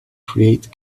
create